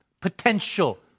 potential